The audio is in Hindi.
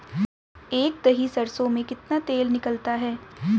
एक दही सरसों में कितना तेल निकलता है?